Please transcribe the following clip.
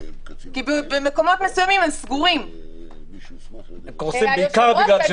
בגלל שבמקומות מסוימים הם סגורים -- הם קורסים בעיקר בגלל שהם סגורים.